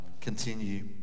continue